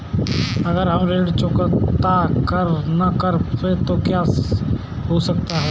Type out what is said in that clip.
अगर हम ऋण चुकता न करें तो क्या हो सकता है?